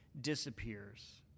disappears